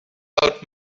out